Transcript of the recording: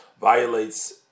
violates